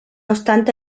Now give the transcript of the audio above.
obstante